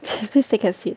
at least they get feed